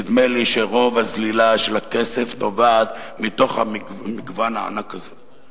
נדמה לי שרוב הזלילה של הכסף נובעת מהמגוון הענק הזה.